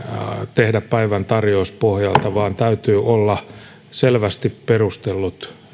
tehdä päivän tarjous pohjalta vaan täytyy olla selvästi perustellut